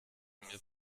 mir